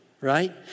right